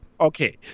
Okay